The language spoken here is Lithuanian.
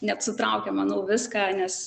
net sutraukia manau viską nes